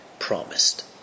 promised